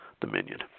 dominion